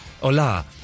hola